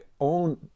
own